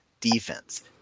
defense